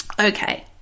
Okay